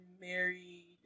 married